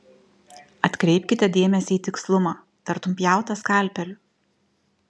atkreipkite dėmesį į tikslumą tartum pjauta skalpeliu